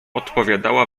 odpowiadała